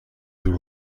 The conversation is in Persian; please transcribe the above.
دور